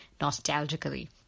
nostalgically